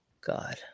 God